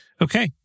Okay